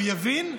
הוא יבין,